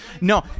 No